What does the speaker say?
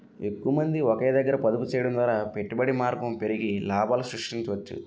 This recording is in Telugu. ఎక్కువమంది ఒకే దగ్గర పొదుపు చేయడం ద్వారా పెట్టుబడి మార్గం పెరిగి లాభాలు సృష్టించవచ్చు